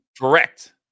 Correct